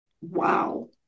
Wow